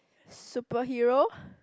superhero